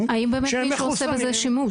שהם מחוסנים -- האם באמת מישהו עושה בזה שימוש?